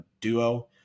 duo